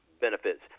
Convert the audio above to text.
Benefits